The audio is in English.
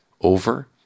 over